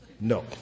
No